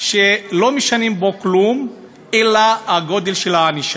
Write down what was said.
שלא משנים בו כלום אלא את הגודל של הענישה,